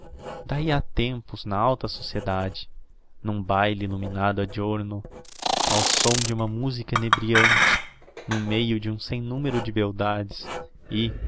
d'ahi a tempos na alta sociedade num baile illuminado à giorno ao som de uma musica enebriante no meio de um sem numero de beldades e